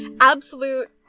absolute